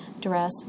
Dress